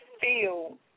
feel